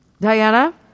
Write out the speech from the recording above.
Diana